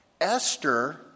Esther